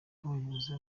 abayobozi